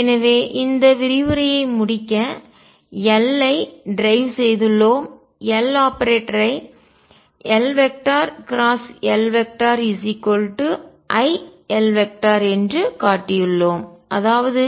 எனவே இந்த விரிவுரை ஐ முடிக்க L ஐ டிரைவ் செய்துள்ளோம் L ஆபரேட்டரை LLiL என்று காட்டியுள்ளோம் அதாவது